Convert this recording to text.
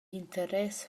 interess